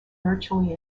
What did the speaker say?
virtually